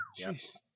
Jeez